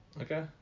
Okay